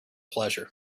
pleasure